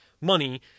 money